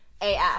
AF